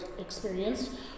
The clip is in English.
experienced